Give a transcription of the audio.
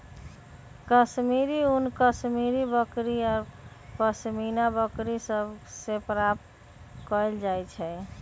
कश्मीरी ऊन कश्मीरी बकरि आऽ पशमीना बकरि सभ से प्राप्त कएल जाइ छइ